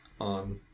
on